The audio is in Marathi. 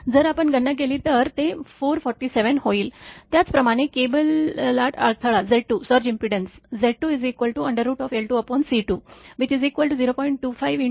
त्याचप्रमाणे केबल लाट अडथळा Z2 Z2L2C20